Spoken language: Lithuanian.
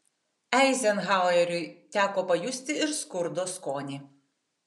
eizenhaueriui teko pajusti ir skurdo skonį